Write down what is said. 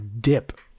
dip